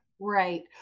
right